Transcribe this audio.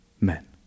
men